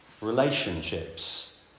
Relationships